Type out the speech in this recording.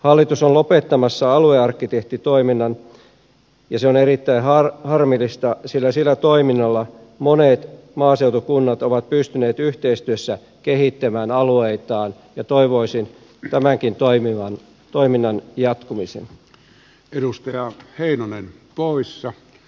hallitus on lopettamassa aluearkkitehtitoiminnan ja se on erittäin harmillista sillä sillä toiminnalla monet maaseutukunnat ovat pystyneet yhteistyössä kehittämään alueitaan ja toivoisin tämänkin toiminnan jatkuvan